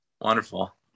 Wonderful